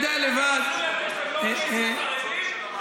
בארץ, בכלל לא משרתים.